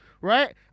Right